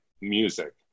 music